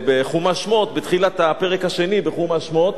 בחומש שמות, בתחילת הפרק השני בחומש שמות.